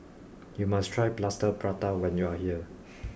you must try Plaster Prata when you are here